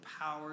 power